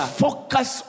focus